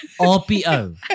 RPO